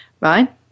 right